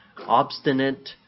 obstinate